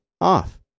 off